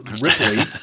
Ripley